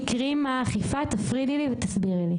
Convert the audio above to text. תפרידי לי ותסבירי לי